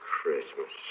Christmas